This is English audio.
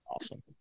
Awesome